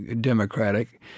Democratic